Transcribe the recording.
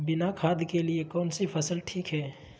बिना खाद के लिए कौन सी फसल ठीक है?